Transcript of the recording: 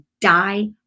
die